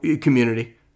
community